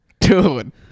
dude